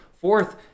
fourth